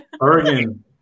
Oregon